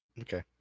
Okay